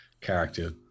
character